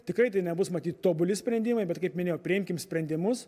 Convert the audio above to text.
tikrai tai nebus matyt tobuli sprendimai bet kaip minėjau priimkim sprendimus